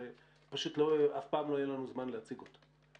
זה פשוט אף פעם לא יהיה לנו זמן להציג אותו.